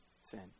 sin